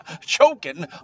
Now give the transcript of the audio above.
choking